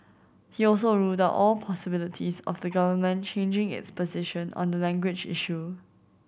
he also ruled all possibilities of the Government changing its position on the language issue